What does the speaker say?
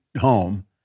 home